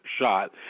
shot